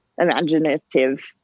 imaginative